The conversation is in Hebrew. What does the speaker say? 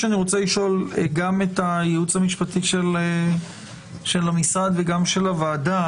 אני רוצה לשאול גם את הייעוץ המשפטי של המשרד וגם של הוועדה,